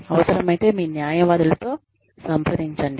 అవసరమైతే మీ న్యాయవాదులతో సంప్రదించండి